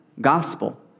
gospel